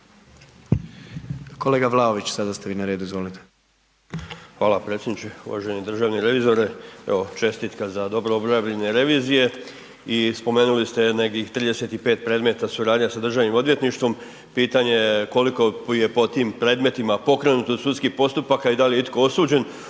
Kolega Vlaović sada ste vi na redu, izvolite. **Vlaović, Davor (HSS)** Hvala predsjedniče. Uvaženi državni revizor, evo čestitka za dobro obavljene revizije, i spomenuli ste nekih 35 predmeta, suradnja sa Državnim odvjetništvom, pitanje je koliko je pod tim predmeta pokrenuto sudskih postupaka i da li je itko osuđen